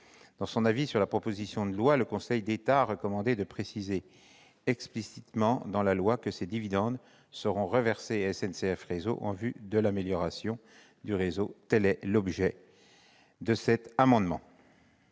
Dans son avis sur la proposition de loi, le Conseil d'État a recommandé de préciser explicitement dans la loi que ces dividendes seront reversés à SNCF Réseau en vue de l'amélioration du réseau. Tel est l'objet de cet amendement.